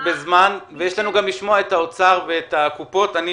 הזמן קצר ואנחנו רוצים לשמוע גם את נציגי האוצר ואת נציגי קופות החולים.